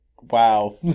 wow